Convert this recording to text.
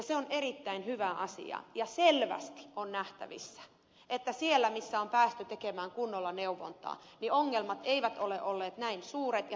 se on erittäin hyvä asia ja selvästi on nähtävissä että siellä missä on päästy tekemään kunnolla neuvontaa ongelmat eivät ole olleet näin suuret ja toimeenpano on edennyt